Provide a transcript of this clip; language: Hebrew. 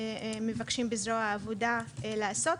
שמבקשים בזרוע העבודה לעשות,